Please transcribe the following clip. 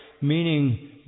meaning